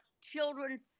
children